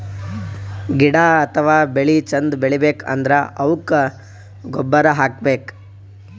ಗಿಡ ಅಥವಾ ಬೆಳಿ ಚಂದ್ ಬೆಳಿಬೇಕ್ ಅಂದ್ರ ಅವುಕ್ಕ್ ಗೊಬ್ಬುರ್ ಹಾಕ್ಬೇಕ್